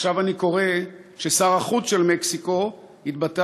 עכשיו אני קורא ששר החוץ של מקסיקו התבטא